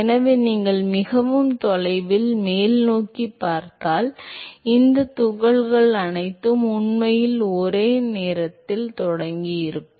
எனவே நீங்கள் மிகவும் தொலைவில் மேல்நோக்கிப் பார்த்தால் இந்த துகள்கள் அனைத்தும் உண்மையில் ஒரே நேரத்தில் தொடங்கியிருக்கும்